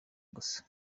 gusa